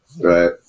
right